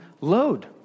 load